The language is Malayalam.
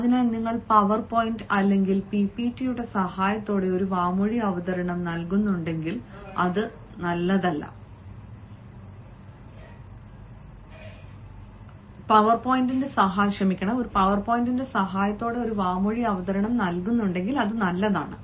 അതിനാൽ നിങ്ങൾ പവർപോയിന്റ് അല്ലെങ്കിൽ പിപിടിയുടെ സഹായത്തോടെ ഒരു വാമൊഴി അവതരണം നൽകുന്നുണ്ടെങ്കിൽ അത് നല്ലതാണ്